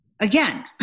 again